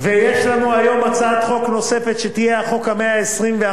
יש לנו היום הצעת חוק נוספת, שתהיה החוק ה-121,